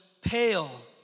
pale